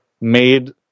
made